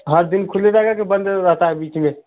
हर दिन खुलेगा या जो बंद रहता है बीच में